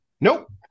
Nope